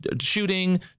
shooting